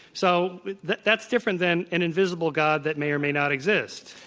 so the that's different than an invisible god that may or may not exist.